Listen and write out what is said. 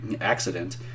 accident